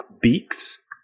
beaks